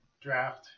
draft